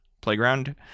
playground